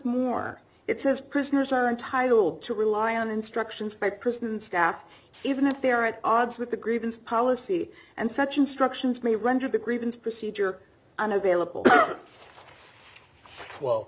more it says prisoners are entitled to rely on instructions by prison staff even if they're at odds with the grievance policy and such instructions may render the grievance procedure unavailable